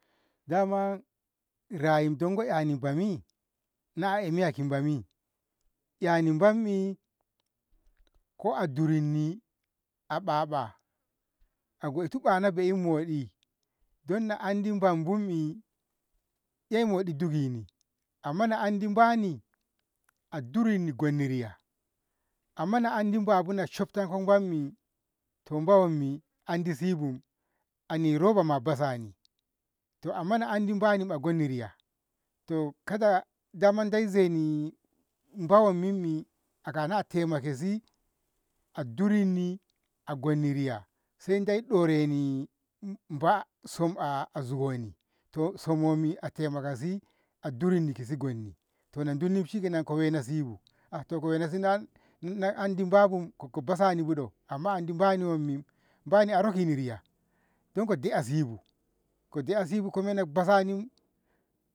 Dama rayi dongo ‘yani bomi na ehmiya ki bami, ‘yani bammi ko a durunni a ɓaɓa a gwaito ɓana be'ei moɗi don na andi banbommi ei moɗi dukini amma na nadi ba'ani a durunni gonni riya amma na andi babuna shobtonko bammi to ba wammi andi sibu ani robama basani to amma na andi baniba gonni riya to kada dama dai zeni bawammimmi akana a taimkashi a durunni a gonni riya saidai doreni eh- ehba sum a zugoni to sum wammi a taimakashi a duinni kisi gunanni to na dunni shikenan ko wena sibu, to ko wenasi na- na- na andi babun ko ko basini buɗo? amma andi bani wammi, bani a rokini riya don ko de'esibu, ko de'esi komene basani